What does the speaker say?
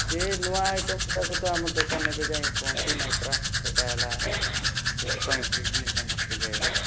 ସେ ନୂଆ ଆଇଟମ୍ ଗୁଡ଼ାକ ତ ଆମ ଦୋକାନରେ ଏବେ ଯାଏଁ ପହଞ୍ଚି ନାଇଁ ପରା ସେଇଟା ହେଲା ସେଥିପାଇଁ ବିଜିନେସ୍ ଆମର ଟିକେ